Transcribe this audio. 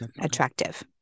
attractive